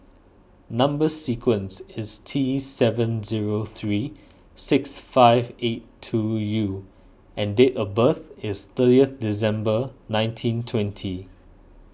Number Sequence is T seven zero three six five eight two U and date of birth is thirtieth December nineteen twenty